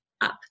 up